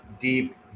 deep